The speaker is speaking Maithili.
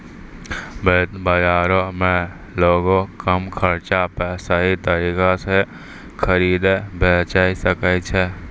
वित्त बजारो मे लोगें कम खर्चा पे सही तरिका से खरीदे बेचै सकै छै